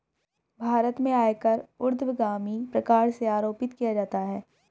भारत में आयकर ऊर्ध्वगामी प्रकार से आरोपित किया जाता है